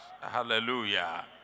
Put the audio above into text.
Hallelujah